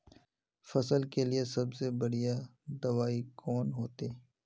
फसल के लिए सबसे बढ़िया दबाइ कौन होते?